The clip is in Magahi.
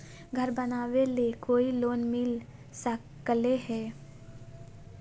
घर बनावे ले कोई लोनमिल सकले है?